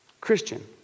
Christian